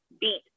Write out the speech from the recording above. beat